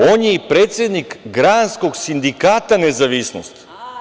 On je i predsednik Granskog Sindikata Nezavisnost.